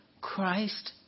Christ